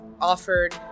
offered